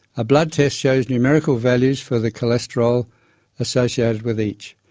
a blood test shows numerical values for the cholesterol associated with each.